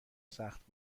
سخت